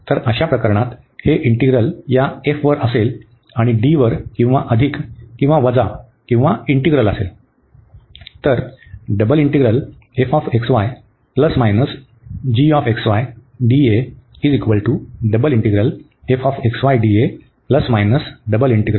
तर अशा प्रकरणात हे इंटीग्रल या f वर असेल आणि D वर किंवा अधिक किंवा वजा किंवा इंटीग्रल असेल